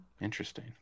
Interesting